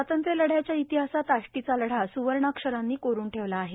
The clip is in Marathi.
स्वातंत्र्य लढ्याच्या इतिहासात आष्टीचा लढा स्वर्णक्षराने कोरून ठेवला आहे